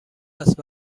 است